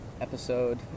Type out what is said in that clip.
episode